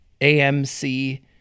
AMC